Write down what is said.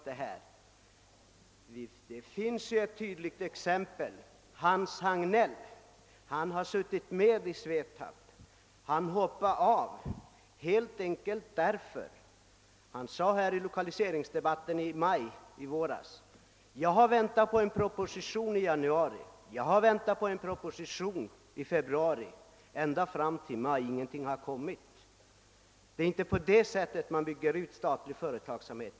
Jag vill här ytterligare nämna ett talande exempel. Hans Hagnell, som satt med i statliga företagsgruppen, hoppade av helt enkelt därför att ingenting hände. Han sade här i kammaren under lokaliseringsdebatten i våras: Jag har väntat på en proposition i januari, i februari och ända fram till maj, men ingen har lagts fram. Det är inte på det sättet man bygger ut statlig företagsamhet.